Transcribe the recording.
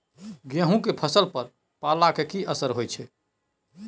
गेहूं के फसल पर पाला के की असर होयत छै?